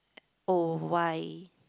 oh why